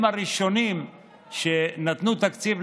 הם הראשונים שנתנו תקציב.